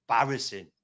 embarrassing